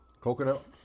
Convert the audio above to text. coconut